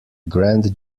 grand